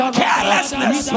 carelessness